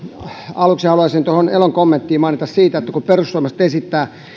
aluksi haluaisin tuohon elon kommenttiin mainita siitä että kun perussuomalaiset esittävät